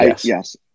Yes